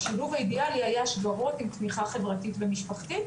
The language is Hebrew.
השילוב האידיאלי היה שגרות עם תמיכה חברתית ומשפחתית,